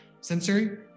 Sensory